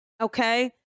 okay